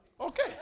Okay